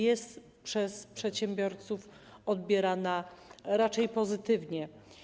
Jest przez przedsiębiorców odbierana raczej pozytywnie.